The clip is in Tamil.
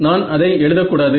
நான் அதை எழுத கூடாது